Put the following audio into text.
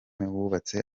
wubatse